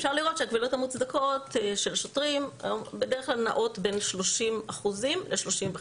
אפשר לראות שהקבילות המוצדקות של השוטרים בדרך כלל נעות בין 30% ל-35%,